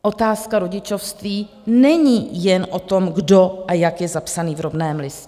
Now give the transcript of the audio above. Otázka rodičovství není jen o tom, kdo a jak je zapsaný v rodném listě.